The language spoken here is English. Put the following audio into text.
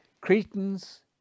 cretans